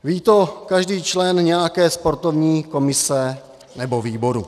Ví to každý člen nějaké sportovní komise nebo výboru.